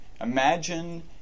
imagine